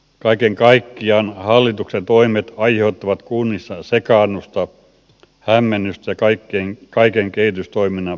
kaiken kaikkiaan hallituksen toimet aiheuttavat kunnissa sekaannusta hämmennystä ja kaiken kehitystoiminnan pysähtymisen